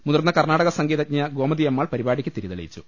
മുതിർന്ന കർണാടക സംഗീതജ്ഞ ഗോമതിയമ്മാൾ പരിപാടിക്ക് തിരിതെളിച്ചു